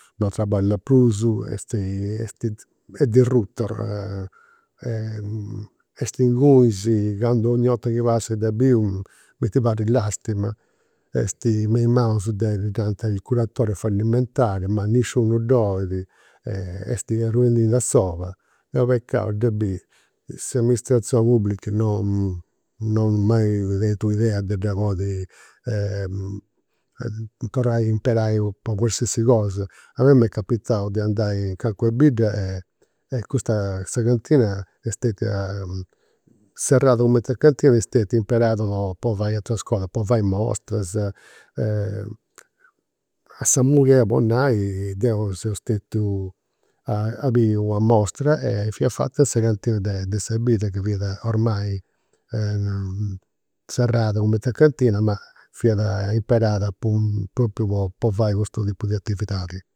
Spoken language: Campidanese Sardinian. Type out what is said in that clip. Non traballa prus, est est derruta, est ingunis, candu donni' 'orta chi passu me inguni e dda biu mi ndi parit lastima. Est me i' manus de, ddi nant il curatore fallimentare, ma niscunu dd'olit, est arruendindi a sola. Est u' peccau a dda biri. S'amministrazioni publica non non at mai tentu idea de dda podi torrai a imperai po qualsiasi cosa. A mei m'est capitau de andai in calincuna bidda e custa, sa cantina est stetia serrada cumenti a cantina e est stetia imperada po fai ateras cosas, po fai mostras. A Samugheo, po nai, deu seu stetiu a biri una mostra e fia fata in sa cantina de sa bidda chi fiat ormai serrada cumenti a cantina e fiat po propriu po fai custu tipu de attividadi